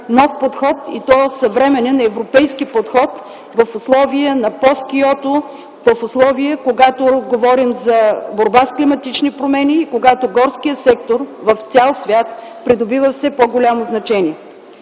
нов подход, и то съвременен европейски подход в условия на Рost-Кyoto, когато говорим за борба с климатични промени и горският сектор в цял свят придобива все по-голямо значение.